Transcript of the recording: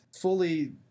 fully